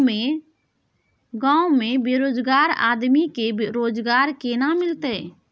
गांव में बेरोजगार आदमी के रोजगार केना मिलते?